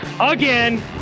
Again